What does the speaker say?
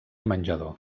menjador